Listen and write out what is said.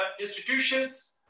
institutions